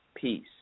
peace